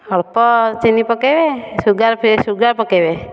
ଅଳ୍ପ ଚିନି ପକାଇବେ ସୁଗାର ଫ୍ରି ସୁଗାର ପକାଇବେ